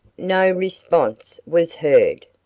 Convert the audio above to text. no response was heard.